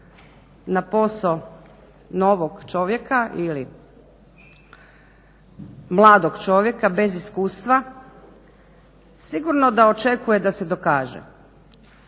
na posao novog čovjeka ili mladog čovjeka bez iskustva, sigurno da očekuje da se dokaže.